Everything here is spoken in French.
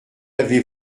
avait